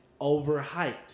overhyped